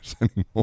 anymore